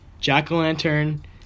jack-o-lantern